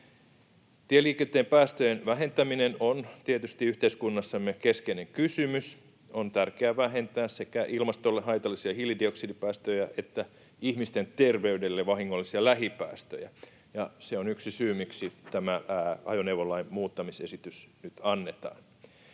Tieliikenteen päästöjen vähentäminen on tietysti yhteiskunnassamme keskeinen kysymys. On tärkeää vähentää sekä ilmastolle haitallisia hiilidioksidipäästöjä että ihmisten terveydelle vahingollisia lähipäästöjä. Se on yksi syy, miksi tämä ajoneuvolain muuttamisesitys nyt annetaan.